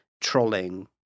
trolling